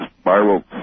spiral